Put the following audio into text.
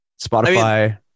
Spotify